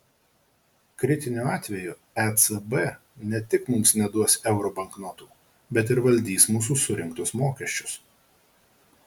kritiniu atveju ecb ne tik mums neduos euro banknotų bet ir valdys mūsų surinktus mokesčius